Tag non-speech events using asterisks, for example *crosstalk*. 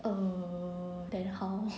um then how *laughs*